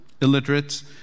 Illiterates